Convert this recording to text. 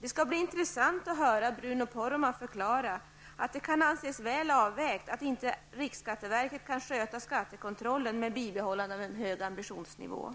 Det skall bli intressant att höra Bruno Poromaa förklara att det kan anses väl avvägt att RSV inte kan sköta skattekontrollen med bibehållande av en hög ambitionsnivå.